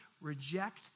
reject